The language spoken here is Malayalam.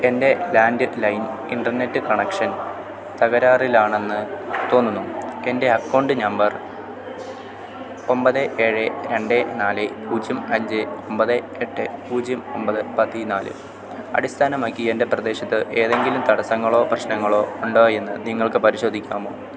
എൻ്റെ ലാൻഡ്ലൈൻ ഇൻറ്റർനെറ്റ് കണക്ഷൻ തകരാറിലാണെന്ന് തോന്നുന്നു എൻ്റെ അക്കൌണ്ട് നമ്പർ ഒമ്പത് ഏഴ് രണ്ട് നാല് പൂജ്യം അഞ്ച് ഒമ്പത് എട്ട് പൂജ്യം ഒമ്പത് പതിനാല് അടിസ്ഥാനമാക്കി എൻ്റെ പ്രദേശത്ത് എതെങ്കിലും തടസങ്ങളോ പ്രശനങ്ങളോ ഉണ്ടോ എന്ന് നിങ്ങൾക്ക് പരിശോധിക്കാമോ